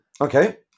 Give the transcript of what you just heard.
okay